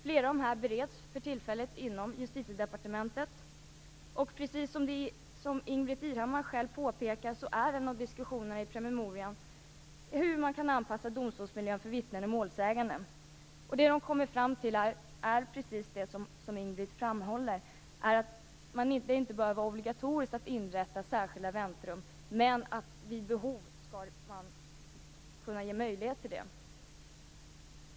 Flera av dessa bereds för tillfället inom Justitiedepartementet. Och, precis som Ingbritt Irhammar själv påpekar, är en av diskussionerna i promemorian hur man kan anpassa domstolsmiljön för vittnen och målsäganden. Det som man kommer fram till är just det som Ingbritt framhåller, att det inte behöver vara obligatoriskt att inrätta särskilda väntrum, men att man vid behov skall kunna ge möjlighet till detta.